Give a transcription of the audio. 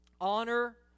honor